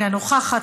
אינה נוכחת,